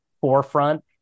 forefront